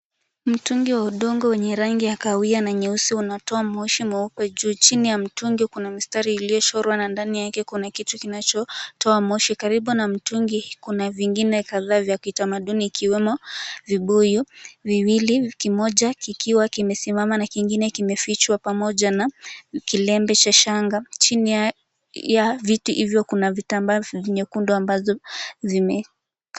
Mtungi wa udongo wenye rangi ya kahawia na nyeusi unatoa moshi mweupe juu. Chini ya mtungi kuna mstari uliochorwa na ndani yake kuna kitu kinachotoa moshi karibu na mtungi kuna vingine kadhaa ya kitamaduni ikiwemo vibuyu viwili kimoja kikiwa kimesimama na kingine kimefichwa pamoja na kilembe cha shanga. Chini ya viti hivyo kuna vitambaa nyekundu ambavyo zimefunika.